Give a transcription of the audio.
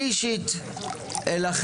אני אישית אלחם,